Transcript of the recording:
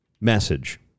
message